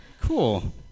Cool